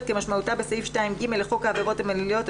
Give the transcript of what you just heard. כמשמעותה בסעיף 2(ג) לחוק העבירות המינהליות,